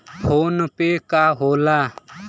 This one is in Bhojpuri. फोनपे का होला?